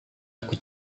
aku